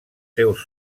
seus